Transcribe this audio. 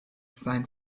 sein